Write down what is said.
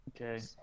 Okay